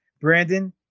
Brandon